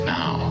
now